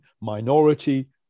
minority